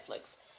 Netflix